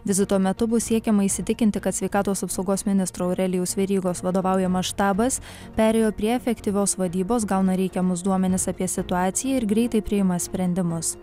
vizito metu bus siekiama įsitikinti kad sveikatos apsaugos ministro aurelijaus verygos vadovaujama štabas perėjo prie efektyvios vadybos gauna reikiamus duomenis apie situaciją ir greitai priima sprendimus